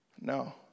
No